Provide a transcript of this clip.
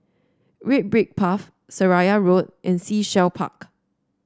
Red Brick Path Seraya Road and Sea Shell Park